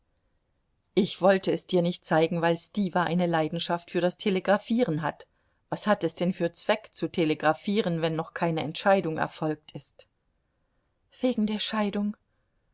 ich wollte es dir nicht zeigen weil stiwa eine leidenschaft für das telegrafieren hat was hat es denn für zweck zu telegrafieren wenn noch keine entscheidung erfolgt ist wegen der scheidung